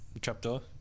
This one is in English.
trapdoor